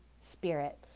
spirit